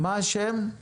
לא שומעים אותך.